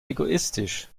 egoistisch